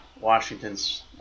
Washington's